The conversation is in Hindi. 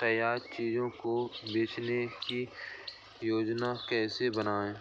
तैयार चीजों को बेचने की योजनाएं कैसे बनाएं